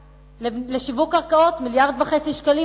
1.5 מיליארד שקלים,